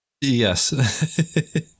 Yes